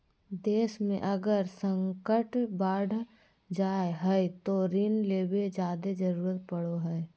देश मे अगर संकट बढ़ जा हय तो ऋण लेवे के जादे जरूरत पड़ो हय